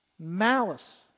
malice